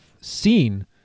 seen